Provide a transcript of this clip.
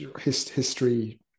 history